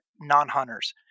non-hunters